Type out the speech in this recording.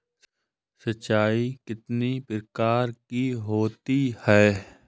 सिंचाई कितनी प्रकार की होती हैं?